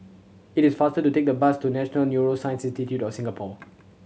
it is faster to take the bus to National Neuroscience Institute Singapore